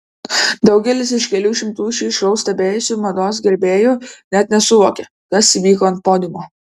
daugelis iš kelių šimtų šį šou stebėjusių mados gerbėjų net nesuvokė kas įvyko ant podiumo